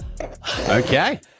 Okay